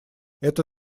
это